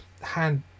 hand